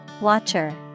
Watcher